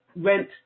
rent